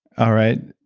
all right,